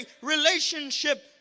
relationship